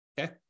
Okay